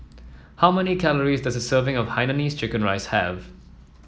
how many calories does a serving of Hainanese Chicken Rice have